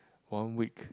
one week